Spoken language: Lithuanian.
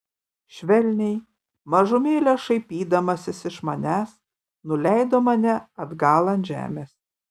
švelniai mažumėlę šaipydamasis iš manęs nuleido mane atgal ant žemės